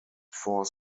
four